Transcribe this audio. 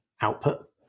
output